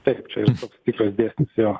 taip čia jau toks tikras dėsnis jo